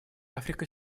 африка